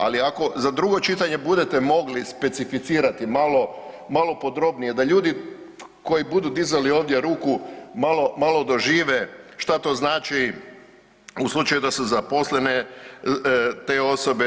Ali ako za drugo čitanje budete mogli specificirati malo podrobnije, da ljudi koji budu dizali ovdje ruku malo dožive šta to znači u slučaju da su zaposlene te osobe.